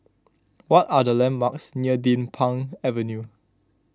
what are the landmarks near Din Pang Avenue